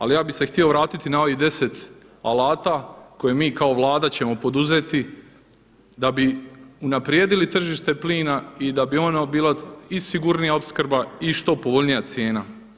Ali ja bih se htio vratiti na ovih 10 alata koje mi kao Vlada ćemo poduzeti da bi unaprijedili tržište plina i da bi ono bilo i sigurnija opskrba i što povoljnija cijena.